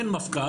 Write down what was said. אין מפכ"ל,